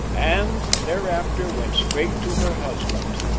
and thereafter went straight to her husband.